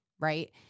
right